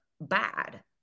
bad